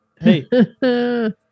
Hey